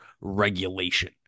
regulation